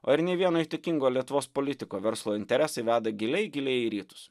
o ir ne vieno įtakingo lietuvos politiko verslo interesai veda giliai giliai į rytus